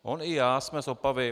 On i já jsme z Opavy.